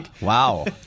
Wow